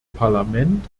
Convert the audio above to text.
parlament